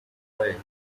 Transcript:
way